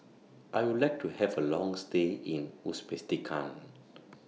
I Would like to Have A Long stay in Uzbekistan